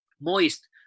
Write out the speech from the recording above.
moist